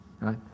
right